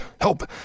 Help